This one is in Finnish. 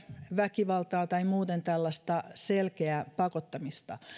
väkivaltaa tai muuten tällaista selkeää pakottamista